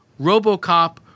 RoboCop